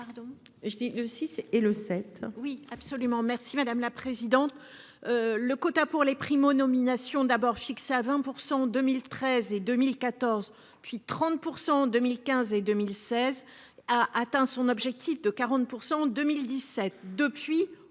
Le quota pour les primo-nomination d'abord fixée à 20% en 2013 et 2014 puis 30% en 2015 et 2016 a atteint son objectif de 40% en 2017.